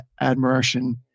admiration